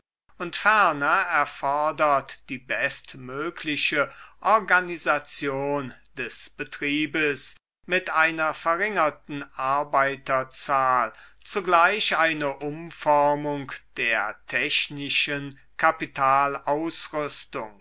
und ferner erfordert die bestmögliche organisation des betriebes mit einer verringerten arbeiterzahl zugleich eine umformung der technischen